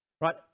right